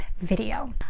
video